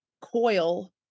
coil